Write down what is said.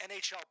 NHL